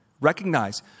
Recognize